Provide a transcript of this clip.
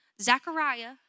Zechariah